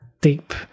deep